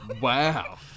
wow